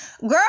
Girl